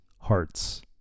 hearts